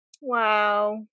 wow